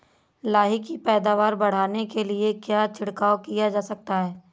लाही की पैदावार बढ़ाने के लिए क्या छिड़काव किया जा सकता है?